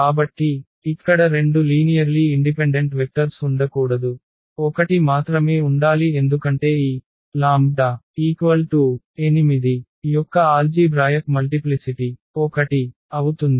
కాబట్టి ఇక్కడ రెండు లీనియర్లీ ఇండిపెండెంట్ వెక్టర్స్ ఉండకూడదు ఒకటి మాత్రమే ఉండాలి ఎందుకంటే ఈ λ 8 యొక్క ఆల్జీభ్రాయక్ మల్టిప్లిసిటి 1 అవుతుంది